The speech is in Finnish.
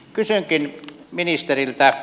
kysynkin ministeriltä